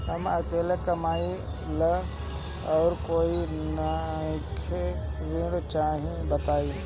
हम अकेले कमाई ला और कोई नइखे ऋण चाही बताई?